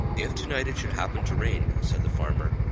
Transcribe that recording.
if tonight it should happen to rain, said the farmer,